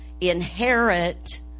inherit